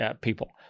people